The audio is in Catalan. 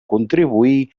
contribuir